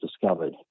discovered